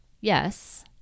yes